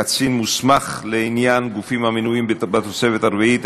קצין מוסמך לעניין גופים המנויים בתוספת הרביעית),